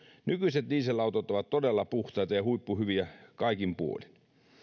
nykyiset dieselautot ovat todella puhtaita ja huippuhyviä kaikin puolin